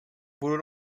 budu